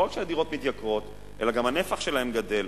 ולא רק הדירות מתייקרות אלא גם הנפח שלהן גדל.